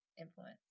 influence